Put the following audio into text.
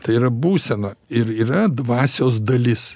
tai yra būsena ir yra dvasios dalis